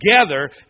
together